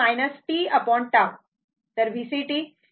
तर VCt VC∞ 0 आहे